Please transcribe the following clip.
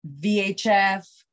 VHF